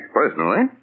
personally